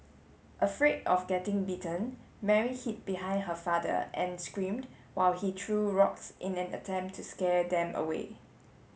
afraid of getting bitten Mary hid behind her father and screamed while he threw rocks in an attempt to scare them away